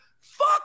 Fuck